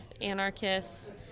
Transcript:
anarchists